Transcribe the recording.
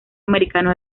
americano